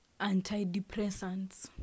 antidepressants